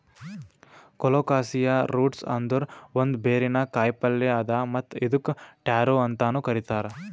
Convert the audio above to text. colocasia roots ಅಂದುರ್ ಒಂದ್ ಬೇರಿನ ಕಾಯಿಪಲ್ಯ್ ಅದಾ ಮತ್ತ್ ಇದುಕ್ ಟ್ಯಾರೋ ಅಂತನು ಕರಿತಾರ್